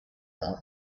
that